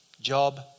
job